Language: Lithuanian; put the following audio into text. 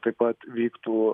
taip pat vyktų